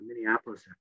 Minneapolis